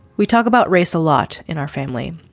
we talk about race a lot in our family,